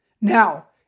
Now